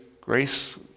grace